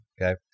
okay